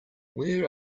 where